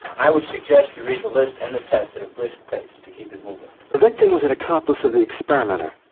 i would suggest you read the list and the test at a brisk pace to keep it moving. the victim was an accomplice of the experimenter.